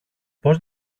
πώς